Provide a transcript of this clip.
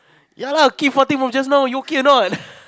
ya lah keep farting from just now you okay or not